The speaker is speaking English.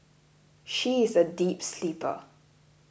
she is a deep sleeper